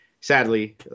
Sadly